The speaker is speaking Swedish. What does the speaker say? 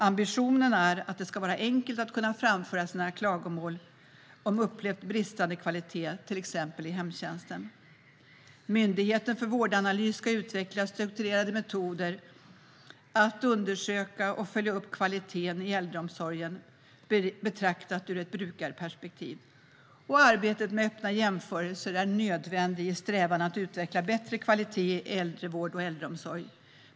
Ambitionen är att det ska vara enkelt att kunna framföra sina klagomål om upplevd bristande kvalitet, till exempel i hemtjänsten. Myndigheten för vårdanalys ska utveckla strukturerade metoder att undersöka och följa upp kvaliteten i äldreomsorgen betraktat ur ett brukarperspektiv. Arbetet med öppna jämförelser är nödvändigt i strävan att utveckla bättre kvalitet i äldrevård och äldreomsorg.